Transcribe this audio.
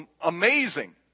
amazing